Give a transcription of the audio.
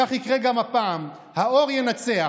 כך יקרה גם הפעם: האור ינצח.